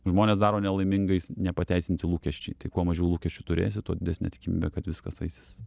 žmones daro nelaimingais nepateisinti lūkesčiai tai kuo mažiau lūkesčių turėsi tuo didesnė tikimybė kad viskas eisis